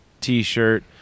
t-shirt